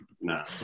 no